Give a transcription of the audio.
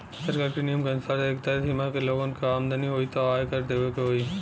सरकार क नियम क अनुसार एक तय सीमा तक लोगन क आमदनी होइ त आय कर देवे के होइ